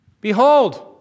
behold